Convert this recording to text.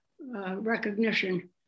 recognition